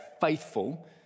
faithful